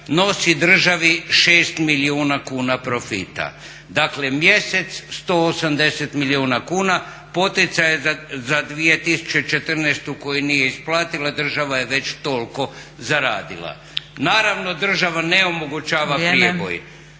nosi državi 6 milijuna kuna profita. Dakle, mjesec 180 milijuna kuna poticaj za 2014. koju nije isplatila država je već toliko zaradila. Naravno država ne omogućava prijeboj.